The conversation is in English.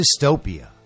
dystopia